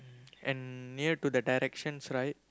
and near to the directions right